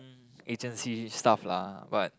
agency stuff lah but